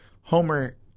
Homer